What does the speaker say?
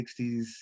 60s